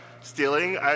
stealing